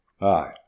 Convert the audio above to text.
Aye